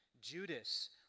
Judas